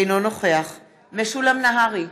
אינו נוכח משולם נהרי,